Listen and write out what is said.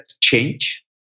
change